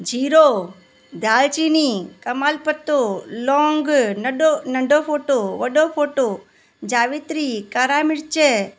जीरो दाल चीनी कमाल पतो लौंग नडो नंढो फोटो वॾो फोटो जावित्री कारा मिर्च